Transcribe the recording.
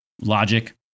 logic